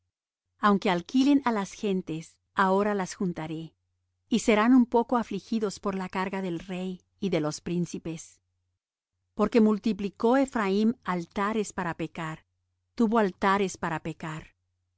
aunque alquilen á las gentes ahora las juntaré y serán un poco afligidos por la carga del rey y de los príncipes porque multiplicó ephraim altares para pecar tuvo altares para pecar